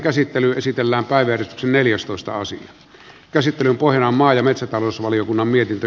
käsittelyn pohjana on maa ja metsätalousvaliokunnan mietintö